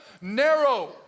Narrow